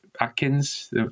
Atkins